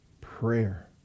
prayer